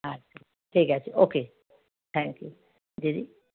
আচ্ছা ঠিক আছে ওকে থ্যাঙ্ক ইউ দিদি